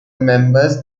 members